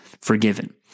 forgiven